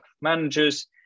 managers